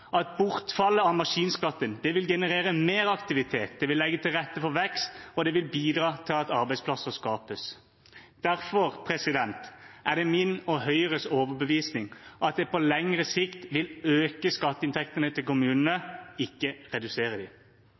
at bortfallet av maskinskatten vil generere mer aktivitet, det vil legge til rette for vekst, og det vil bidra til at arbeidsplasser skapes. Derfor er det min og Høyres overbevisning at det på lengre sikt vil øke skatteinntektene til kommunene, ikke redusere